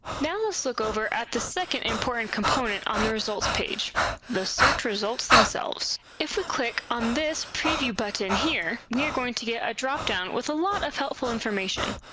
now let's look over at the second important component on the results page the search results themselves. if we click on this preview button here, we are going to get a drop-down with a lot of helpful information.